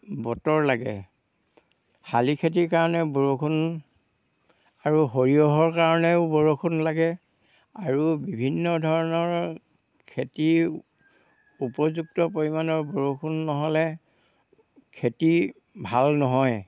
বতৰ লাগে শালি খেতিৰ কাৰণে বৰষুণ আৰু সৰিয়হৰ কাৰণেও বৰষুণ লাগে আৰু বিভিন্ন ধৰণৰ খেতি উপযুক্ত পৰিমাণৰ বৰষুণ নহ'লে খেতি ভাল নহয়